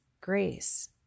grace